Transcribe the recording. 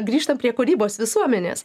grįžtam prie kūrybos visuomenės